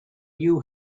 you